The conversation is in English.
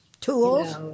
tools